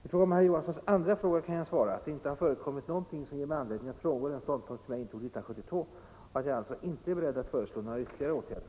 I fråga om herr Johanssons andra fråga kan jag svara att det inte har förekommit någonting som ger mig anledning att frångå den ståndpunkt som jag intog 1972 och att jag alltså inte är beredd att föreslå några ytterligare åtgärder.